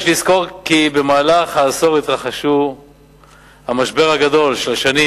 יש לזכור כי במהלך העשור התרחשו המשבר הגדול של השנים